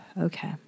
Okay